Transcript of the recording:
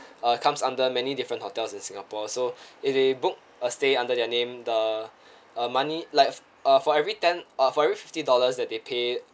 uh comes under many different hotels in singapore so if they book a stay under their name the uh money like uh for every ten uh for every fifty dollars that they pay